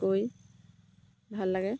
গৈ ভাল লাগে